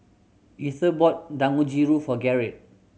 Ether bought Dangojiru for Gerrit